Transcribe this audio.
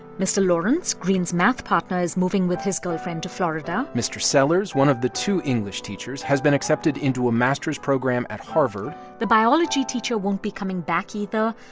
mr. lawrence, greene's math partner, is moving with his girlfriend to florida mr. sellars, one of the two english teachers, has been accepted into a master's program at harvard the biology teacher won't be coming back either,